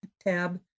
tab